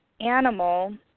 animal